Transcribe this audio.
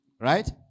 right